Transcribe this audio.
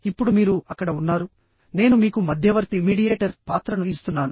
ఇప్పుడు మీరు అక్కడ ఉన్నారు నేను మీకు మధ్యవర్తి పాత్రను ఇస్తున్నాను